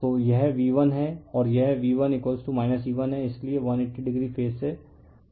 तो यह V1 है और यह V1 E1 है इसलिए 180o फेज से बाहर है